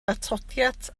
atodiad